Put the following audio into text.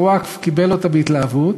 הווקף קיבל אותה בהתלהבות,